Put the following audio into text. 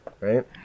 Right